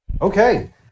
okay